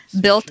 built